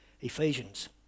Ephesians